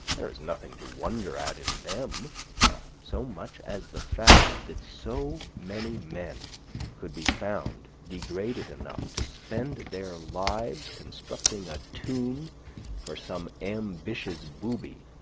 there is nothing to wonder at in them so much as the fact that so many men could be found degraded enough to spend their lives constructing a tomb for some ambitious booby,